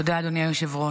תודה, אדוני היושב-ראש.